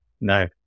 No